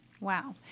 Wow